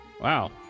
Wow